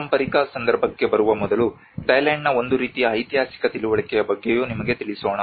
ಪಾರಂಪರಿಕ ಸಂದರ್ಭಕ್ಕೆ ಬರುವ ಮೊದಲು ಥೈಲ್ಯಾಂಡ್ನ ಒಂದು ರೀತಿಯ ಐತಿಹಾಸಿಕ ತಿಳುವಳಿಕೆಯ ಬಗ್ಗೆಯೂ ನಿಮಗೆ ತಿಳಿಸೋಣ